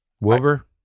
Wilbur